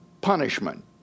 punishment